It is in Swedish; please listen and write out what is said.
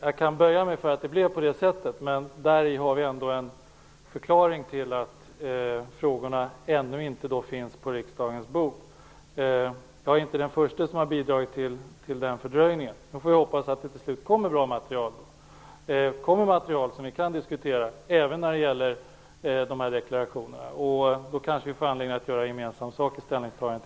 Jag kan böja mig för att det blev på det sättet, men däri har vi ändå en förklaring till att frågorna ännu inte finns på riksdagens bord. Jag är inte den förste som har bidragit till den fördröjningen. Jag hoppas att det till slut kommer bra material som vi kan diskutera även när det gäller dessa deklarationer. Då kanske vi får anledning att göra gemensam sak i ställningstagandet.